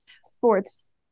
sports